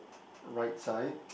right side